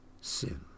sin